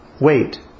wait